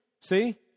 See